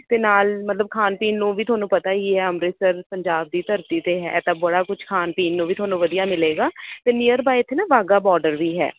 ਅਤੇ ਨਾਲ ਮਤਲਬ ਖਾਣ ਪੀਣ ਨੂੰ ਵੀ ਤੁਹਾਨੂੰ ਪਤਾ ਹੀ ਹੈ ਅੰਮ੍ਰਿਤਸਰ ਪੰਜਾਬ ਦੀ ਧਰਤੀ 'ਤੇ ਹੈ ਇਹ ਤਾਂ ਬੜਾ ਕੁਛ ਖਾਣ ਪੀਣ ਨੂੰ ਵੀ ਤੁਹਾਨੂੰ ਵਧੀਆ ਮਿਲੇਗਾ ਅਤੇ ਨੀਅਰ ਬਾਏ ਇੱਥੇ ਨਾ ਵਾਹਗਾ ਬੋਡਰ ਵੀ ਹੈ